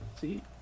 see